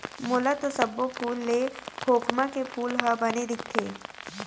मोला तो सब्बो फूल ले खोखमा के फूल ह बने दिखथे